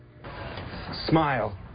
Smile